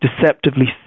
deceptively